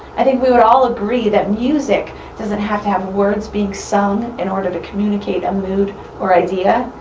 i think we would all agree that music doesn't have to have words being sung in order to communicate a mood or idea.